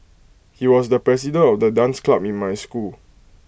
he was the president of the dance club in my school